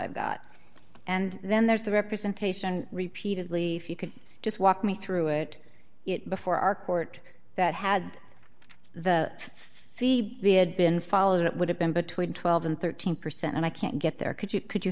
i've got and then there's the representation repeatedly if you could just walk me through it before our court that had the see the had been followed it would have been between twelve and thirteen percent and i can't get there could you could you